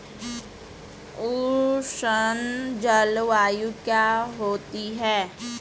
उष्ण जलवायु क्या होती है?